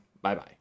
bye-bye